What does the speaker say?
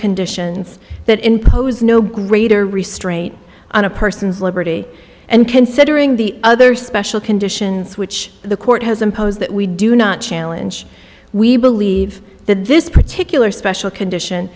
conditions that impose no greater restraint on a person's liberty and considering the other special conditions which the court has imposed that we do not challenge we believe that this particular special condition